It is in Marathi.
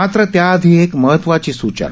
मात्र त्याआधी एक महत्वाची सूचना